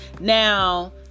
Now